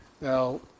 Now